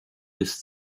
bis